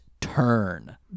Turn